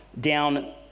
down